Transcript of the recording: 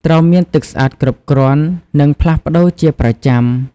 ត្រូវមានទឹកស្អាតគ្រប់គ្រាន់ និងផ្លាស់ប្តូរជាប្រចាំ។